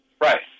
Right